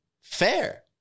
Fair